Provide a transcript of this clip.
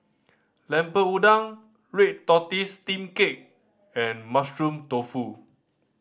Lemper Udang red tortoise steamed cake and Mushroom Tofu